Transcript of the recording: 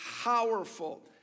powerful